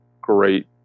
great